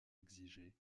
exigé